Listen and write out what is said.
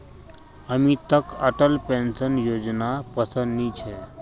अमितक अटल पेंशन योजनापसंद नी छेक